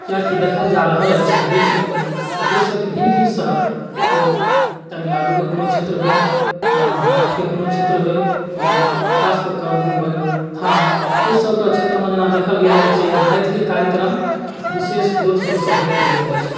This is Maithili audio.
कियाकि देखल जा रहल अछि एहि बीचमे कि देशके भिन्न भिन्न शहर ओ तमिलनाडुके कोनो क्षेत्र होइ या महाराष्ट्रके कोनो क्षेत्र होइ जेना खास कऽ कऽ मुम्बइ थाना एहि सबके क्षेत्रमे जेना देखल गेल अइ जे मैथिली कार्यक्रम विशेष जोर शोरसँ होइत रहैत अछि